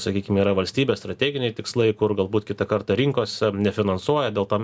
sakykim yra valstybės strateginiai tikslai kur galbūt kitą kartą rinkos nefinansuoja dėl tam